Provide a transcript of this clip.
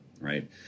right